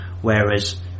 whereas